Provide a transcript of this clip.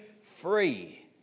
free